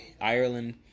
Ireland